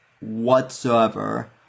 Whatsoever